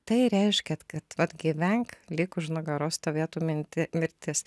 tai reiškia kad vat gyvenk lyg už nugaros stovėtų minti mirtis